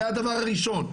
זה הדבר הראשון,